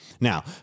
Now